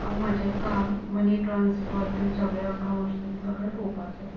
हांव म्हजें काम मनी ट्रांसफर बीन सगळें अकावंट्स बीन सगळें पळोवपाचें